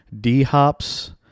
D-hops